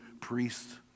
priests